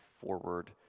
forward